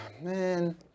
man